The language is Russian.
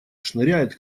шныряет